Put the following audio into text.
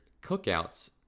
cookouts